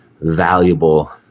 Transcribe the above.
valuable